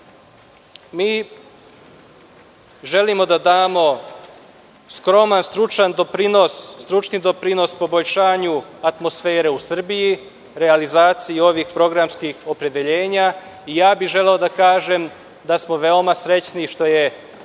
želimo da damo skroman stručni doprinos poboljšanju atmosfere u Srbiji, realizaciji ovih programskih opredeljenja. Želeo bih da kažem da smo veoma srećni što je